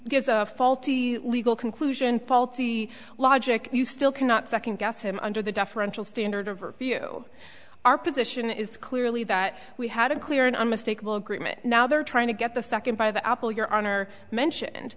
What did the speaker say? gives a faulty legal conclusion faulty logic you still cannot second guess him under the differential standard of review our position is clearly that we had a clear and unmistakable agreement now they're trying to get the second by the apple your honor mention